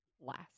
last